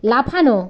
লাফানো